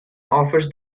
offers